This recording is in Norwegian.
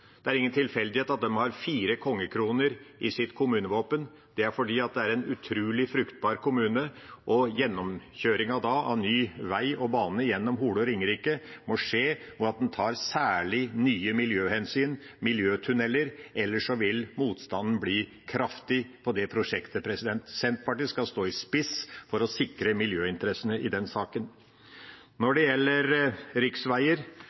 Det er ingen tilfeldighet at de har fire kongekroner i sitt kommunevåpen. Det er fordi det er en utrolig fruktbar kommune, og gjennomkjøringen med ny vei og bane gjennom Hole og Ringerike må skje ved at en tar særlige miljøhensyn, miljøtunneler, ellers vil motstanden bli kraftig på det prosjektet. Senterpartiet skal stå i spissen for å sikre miljøinteressene i den saken. Når det gjelder riksveier: